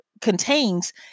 contains